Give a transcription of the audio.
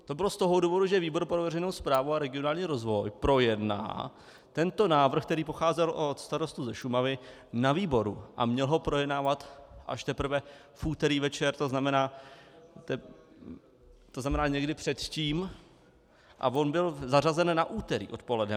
To bylo z toho důvodu, že výbor pro veřejnou správu a regionální rozvoj projedná tento návrh, který pocházel od starostů ze Šumavy, na výboru, a měl ho projednávat až teprve v úterý večer, to znamená někdy předtím, a on byl zařazen na úterý odpoledne.